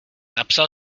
napsal